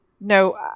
No